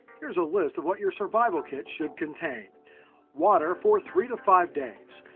here's a list of what your survival kit should contain water for three to five days,